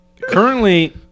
currently